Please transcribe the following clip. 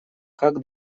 как